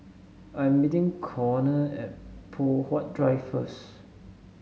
I'm meeting Conner at Poh Huat Drive first